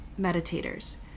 meditators